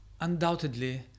Undoubtedly